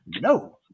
No